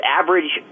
average